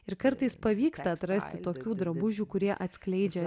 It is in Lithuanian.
ir kartais pavyksta atrasti tokių drabužių kurie atskleidžia